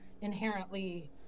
inherently